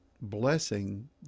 blessing